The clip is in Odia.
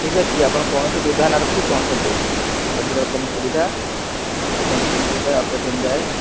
ଠିକ ଅଛି ଆପଣ କୌଣସି ଦ୍ୱିଧା ନ ରଖି ପହଞ୍ଚନ୍ତୁ ସବୁ ରକମ ସୁବିଧା ଆଉ ମେଡିସିନ୍ ଅପରେସନ୍ ଯାଏଁ